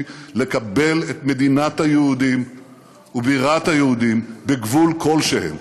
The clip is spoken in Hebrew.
לקבל את מדינת היהודים ובירת היהודים בגבול כלשהו.